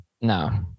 No